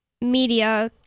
media